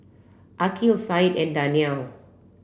Aqil Said and Daniel